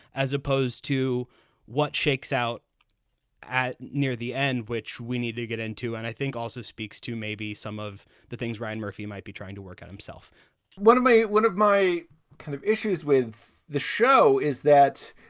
as opposed to what shakes out at near the end, which we need to get into. and i think also speaks to maybe some of the things ryan murphy might be trying to work on himself one of my one of my kind of issues with the show is that,